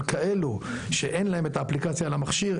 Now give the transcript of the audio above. אבל כאלו שאין להם את האפליקציה על המכשיר,